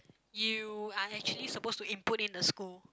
you are actually supposed to input in a school